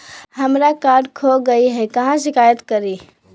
हमरा कार्ड खो गई है, कहाँ शिकायत करी?